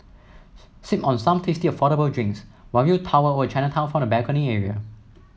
sip on some tasty affordable drinks while you tower over Chinatown from the balcony area